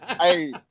hey